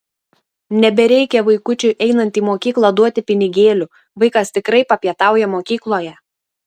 nebereikia vaikučiui einant į mokyklą duoti pinigėlių vaikas tikrai papietauja mokykloje